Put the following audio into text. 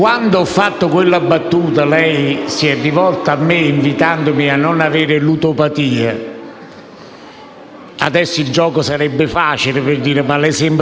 dal farlo, perché vengo da una militanza politica e so che gli accordi tra forze politiche